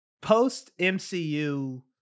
post-MCU